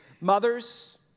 Mothers